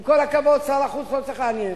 עם כל הכבוד, שר החוץ לא צריך לעניין.